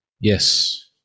yes